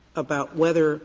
about whether